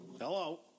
Hello